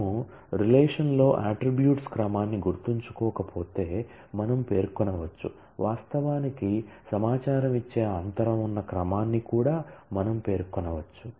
మనము రిలేషన్ లో అట్ట్రిబ్యూట్స్ క్రమాన్ని గుర్తుంచుకోకపోతే మనము పేర్కొనవచ్చు వాస్తవానికి సమాచారం ఇచ్చే అంతరం ఉన్న క్రమాన్ని కూడా మనము పేర్కొనవచ్చు